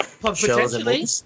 Potentially